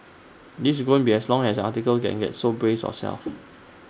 this is going be as long as article can get so brace of yourself